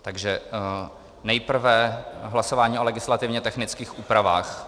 Takže nejprve hlasování o legislativně technických úpravách.